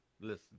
Listen